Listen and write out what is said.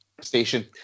station